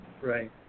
right